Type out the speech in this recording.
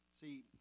See